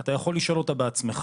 אתה יכול לשאול אותה בעצמך,